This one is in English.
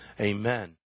Amen